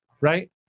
right